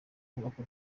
kubaka